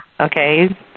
okay